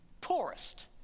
poorest